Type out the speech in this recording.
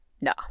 no